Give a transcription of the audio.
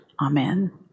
Amen